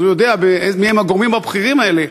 אז הוא יודע מי הם הגורמים הבכירים האלה,